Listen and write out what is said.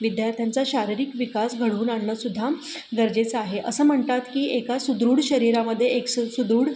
विद्यार्थ्यांचा शारीरिक विकास घडवून आणणंसुद्धा गरजेचं आहे असं म्हणतात की एका सुदृढ शरीरामध्ये एक स सु सुदृढ